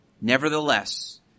Nevertheless